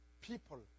people